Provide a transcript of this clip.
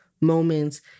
moments